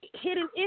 hidden